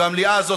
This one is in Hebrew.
המליאה הזאת,